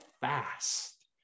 fast